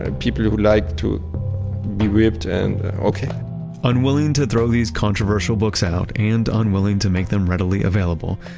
ah people who who like to be whipped and, okay unwilling to throw these controversial books out and unwilling to make them readily available,